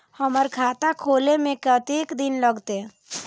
हमर खाता खोले में कतेक दिन लगते?